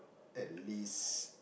at least